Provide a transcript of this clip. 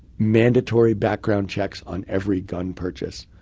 mandatory background checks on every gun purchase,